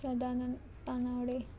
Sadanand Tanavade